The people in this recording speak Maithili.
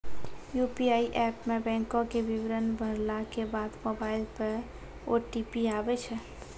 यू.पी.आई एप मे बैंको के विबरण भरला के बाद मोबाइल पे ओ.टी.पी आबै छै